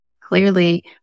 Clearly